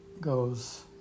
goes